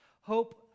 Hope